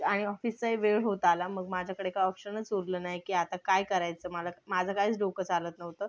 आणि ऑफिसचाही वेळ होत आला मग माझ्याकडे काय ऑप्शनच उरलं नाही की आता काय करायचं मला माझं काही डोकं चालत नव्हतं